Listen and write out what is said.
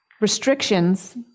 restrictions